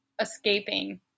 escaping